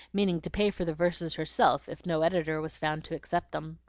meaning to pay for the verses herself if no editor was found to accept them.